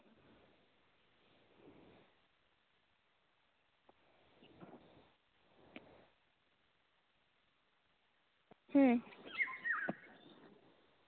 ᱦᱩᱸ